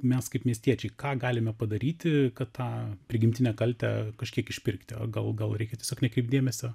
mes kaip miestiečiai ką galime padaryti kad tą prigimtinę kaltę kažkiek išpirkti gal gal reikia tiesiog nekreipt dėmesio